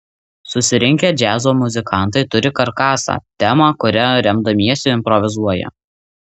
susirinkę džiazo muzikantai turi karkasą temą kuria remdamiesi improvizuoja